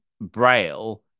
braille